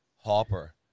Hopper